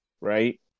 Right